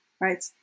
right